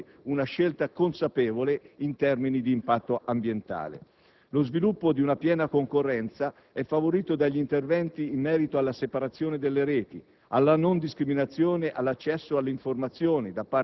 al nuovo regime e rendere la scelta dei consumatori una scelta consapevole in termini di impatto ambientale. Lo sviluppo di una piena concorrenza è favorito dagli interventi in merito alla separazione delle reti